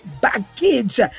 Baggage